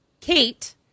Kate